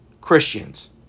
Christians